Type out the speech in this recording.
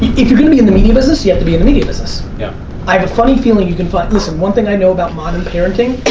if you're gonna be in the media business, you have to be in the media business. yeah i have a funny feeling you can find, listen one thing i know about modern parenting,